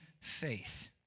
faith